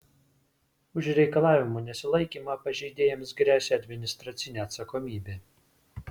už reikalavimų nesilaikymą pažeidėjams gresia administracinė atsakomybė